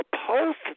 supposed